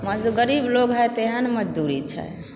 गरीब लोक है तऽ इएह ने मजदूरी छै